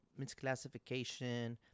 misclassification